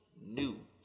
new